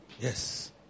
Yes